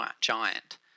giant